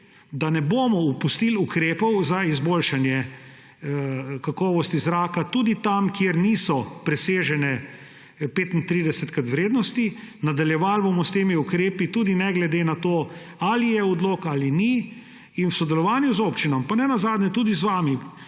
da ne bomo opustili ukrepov za izboljšanje kakovosti zraka tudi tam, kjer niso 35-krat presežene vrednosti. Nadaljevali bomo s temi ukrepi tudi ne glede na to, ali je odlok ali ni. V sodelovanju z občinami pa nenazadnje tudi z vami